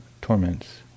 torments